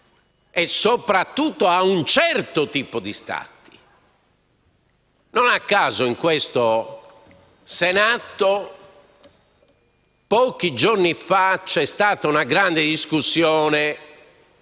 e, soprattutto, a un certo tipo di Stati. Non a caso in questo Senato, pochi giorni fa, si è svolta una grande discussione